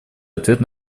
ответ